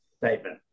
statement